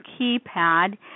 keypad